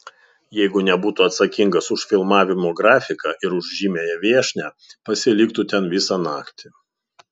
jeigu nebūtų atsakingas už filmavimo grafiką ir už žymiąją viešnią pasiliktų ten visą naktį